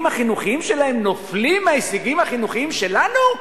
החינוכיים שלהם נופלים מההישגים החינוכיים שלנו?